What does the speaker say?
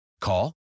Call